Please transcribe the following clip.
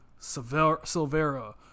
Silvera